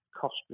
cost